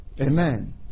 Amen